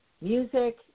music